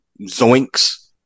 Zoinks